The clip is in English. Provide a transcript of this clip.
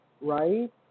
right